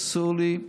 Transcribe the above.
אסור לי,